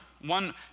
one